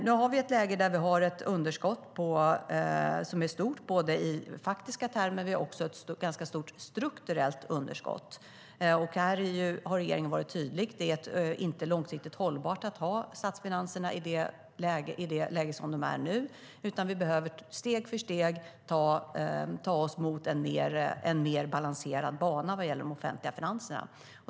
Nu har vi ett läge där vi har ett underskott som är stort i faktiska termer, men vi har också ett ganska stort strukturellt underskott. Här har regeringen varit tydlig med att det inte är långsiktigt hållbart att ha statsfinanserna i det läge som de är i nu. Vi behöver steg för steg ta oss mot en mer balanserad bana vad gäller de offentliga finanserna.